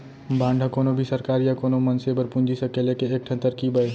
bond ह कोनो भी सरकार या कोनो मनसे बर पूंजी सकेले के एक ठन तरकीब अय